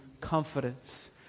confidence